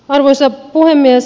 arvoisa puhemies